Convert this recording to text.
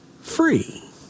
free